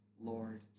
Lord